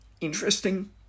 interesting